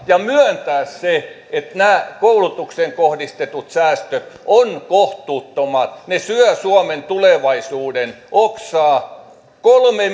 ja myöntää sen että nämä koulutukseen kohdistetut säästöt ovat kohtuuttomat ne syövät suomen tulevaisuuden oksaa kolme